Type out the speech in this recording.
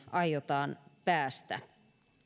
aiotaan päästä